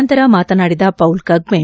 ನಂತರ ಮಾತನಾಡಿದ ಪೌಲ್ ಕಗ್ಕೆ